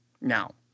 now